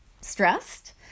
stressed